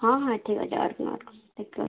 ହଁ ହଁ ଠିକ୍ ଅଛେ ଅଟକୁନ୍ ଅଟକୁନ୍ ଟିକେ ଅଟକୁନ୍